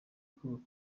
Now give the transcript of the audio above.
kubaka